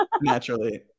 Naturally